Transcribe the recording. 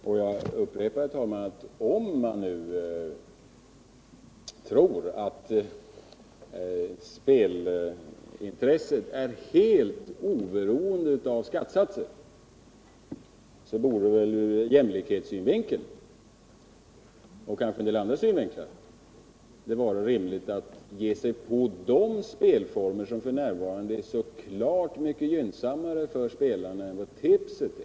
Får jag upprepa, herr talman, att om man nu tror att spelintresset är helt oberoende av skattesatsen borde det väl, ur jämlikhetssynvinkel och kanske en del andra synvinklar, vara rimligt att ge sig på de spelformer som f. n. är så klart mycket gynnsammare för spelare än tipset är.